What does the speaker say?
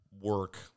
work